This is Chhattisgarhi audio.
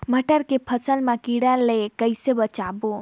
मटर के फसल मा कीड़ा ले कइसे बचाबो?